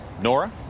Nora